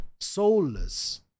Soulless